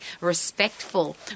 respectful